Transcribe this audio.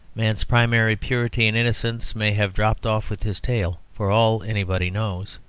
man's primary purity and innocence may have dropped off with his tail, for all anybody knows.